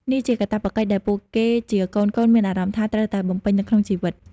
នេះជាកាតព្វកិច្ចដែលពួកគេជាកូនៗមានអារម្មណ៍ថា ត្រូវតែបំពេញនៅក្នុងជីវិត។